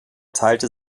teilte